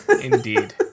Indeed